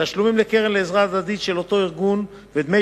תשלומים לקרן הדדית של אותו ארגון ודמי